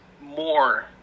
more